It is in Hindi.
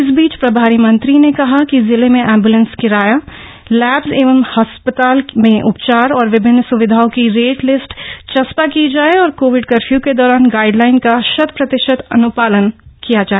इस बीच प्रभारी मंत्री ने कि जिले में एम्बुलेंस किराया लैब्स एवं हॉस्पिटल में उपचार और विभिन्न सुविधाओं की रेट लिस्ट चस्पा की जाए और कोविड कर्फ्यू के दौरान गाईडलाईन का शतप्रतिशत अनुपालन किया जाए